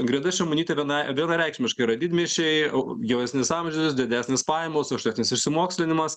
ingrida šimonytė viena vienareikšmiškai yra didmiesčiai jaunesnis amžius didesnės pajamos aukštesnis išsimokslinimas